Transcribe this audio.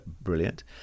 brilliant